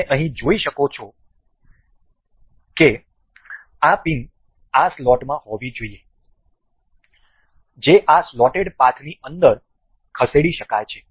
તમે અહીં જોઈ શકો છો કે આ પિન આ સ્લોટમાં હોવી જોઈએ જે આ સ્લોટેડ પાથની અંદર ખસેડી શકાય છે